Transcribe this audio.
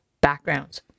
backgrounds